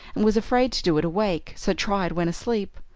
and was afraid to do it awake, so tried when asleep.